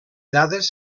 dades